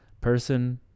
person